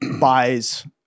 buys